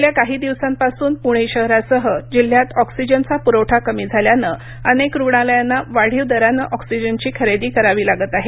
गेल्या काही दिवसांपासून पूणे शहरासह जिल्ह्यात ऑक्सिजनचा पुरवठा कमी झाल्यानं अनेक रुग्णालयांना वाढीव दरानं ऑक्सिजनची खरेदी करावी लागत आहे